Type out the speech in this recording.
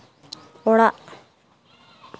ᱚᱲᱟᱜ